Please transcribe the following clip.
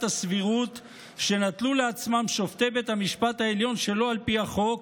הסבירות שנטלו לעצמם שופטי בית המשפט העליון שלא על פי החוק,